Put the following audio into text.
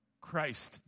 Christ